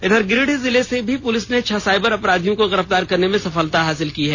इधर गिरिडीह जिले से भी पुलिस ने छह साइबर अपराधियों को गिरफ्तार करने में सफलता हासिल की है